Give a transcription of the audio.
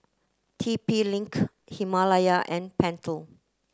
T P link Himalaya and Pentel